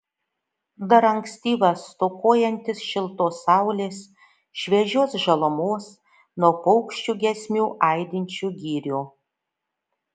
dar ankstyvas stokojantis šiltos saulės šviežios žalumos nuo paukščių giesmių aidinčių girių